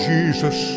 Jesus